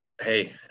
hey